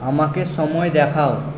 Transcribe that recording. আমাকে সময় দেখাও